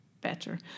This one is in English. better